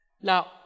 Now